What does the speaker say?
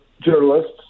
journalists